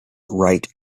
right